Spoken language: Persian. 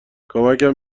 کمکم